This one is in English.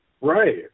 Right